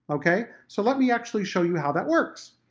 okay, so let me actually show you how that works!